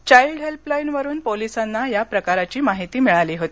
चाईल्डहेल्पलाईनवरुन पोलिसांना या प्रकाराची माहिती मिळाली होती